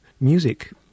Music